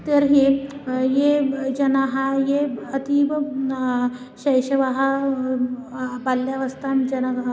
तर्हि ये जनाः ये अतीव शैशवः बाल्यावस्थां जनाः